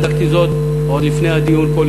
בדקתי זאת עוד לפני הדיון פה.